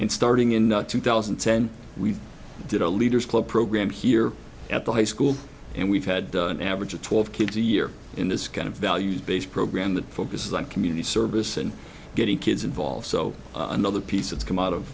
and starting in two thousand and ten we did a leaders club program here at the high school and we've had done an average of twelve kids a year in this kind of values based program that focuses on community service and getting kids involved so another piece it's come out of